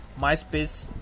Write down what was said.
MySpace